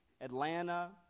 Atlanta